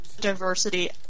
diversity